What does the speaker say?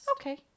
Okay